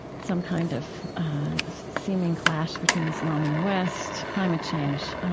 some kind of seeming clash between islam and the west, climate change.